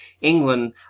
England